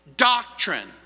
Doctrine